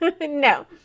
No